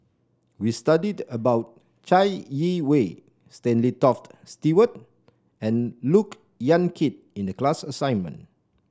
we studied about Chai Yee Wei Stanley Toft Stewart and Look Yan Kit in the class assignment